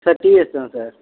sir TVS தான் sir